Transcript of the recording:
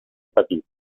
petit